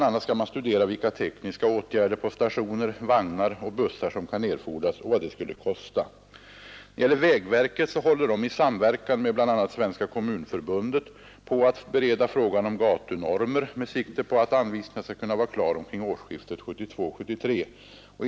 a. skall studeras vilka tekniska åtgärder på stationer, vagnar och bussar som kan erfordras och vad detta skulle kosta. Vägverket håller i samverkan med bl.a. Svenska kommunförbundet på att bereda frågan om gatunormer med sikte på att anvisningar skall kunna vara klara omkring årsskiftet 1972—1973.